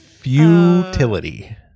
Futility